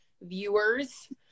viewers